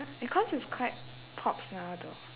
because it's quite pops now though